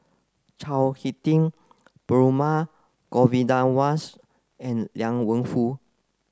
Chao Hick Tin Perumal Govindaswas and Liang Wenfu